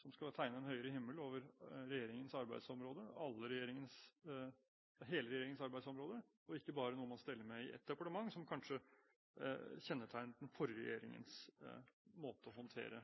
som skal tegne en høyere himmel over hele regjeringens arbeidsområde, og ikke bare noe man steller med i ett departement, noe som kanskje kjennetegnet den forrige regjeringens måte å håndtere